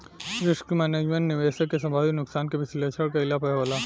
risk management, निवेशक के संभावित नुकसान के विश्लेषण कईला पर होला